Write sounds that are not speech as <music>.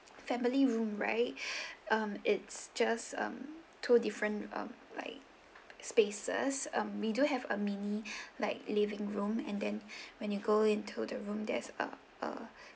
family room right <breath> um it's just um two different um like spaces um we do have a mini <breath> like living room and then <breath> when you go into the room there's a uh